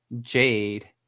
Jade